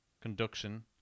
conduction